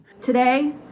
Today